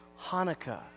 Hanukkah